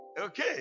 Okay